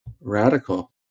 Radical